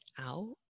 out